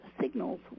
signals